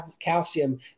calcium